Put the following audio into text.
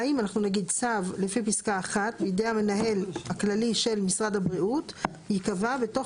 צו לפי פסקה (1) מידי המנהל הכללי של משרד הבריאות ייקבע בתוך